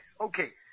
Okay